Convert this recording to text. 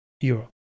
Europe